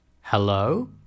hello